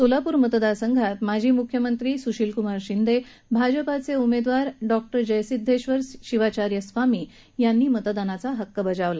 सोलापूर मतदारसंघात माजी मुख्यमंत्री सुशीलकुमार शिंदे भाजपाचे डॉक्टर जयसिद्धेश्वर शिवाचार्य स्वामी यांनी मतदान केलं